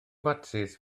fatsis